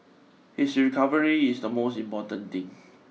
his recovery is the most important thing